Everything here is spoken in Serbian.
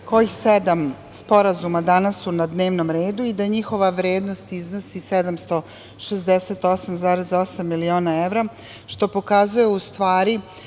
kojih sedam sporazuma danas su na dnevnom redu i da njihova vrednost iznosi 768,8 miliona evra, što pokazuje u stvari